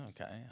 okay